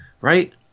right